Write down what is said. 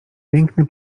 piękny